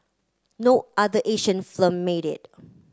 no other Asian film made it